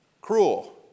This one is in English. cruel